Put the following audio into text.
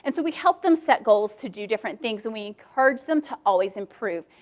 and so we help them set goals to do different things, and we encourage them to always improve.